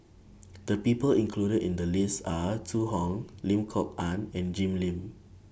The People included in The list Are Zhu Hong Lim Kok Ann and Jim Lim